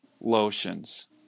lotions